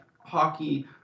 hockey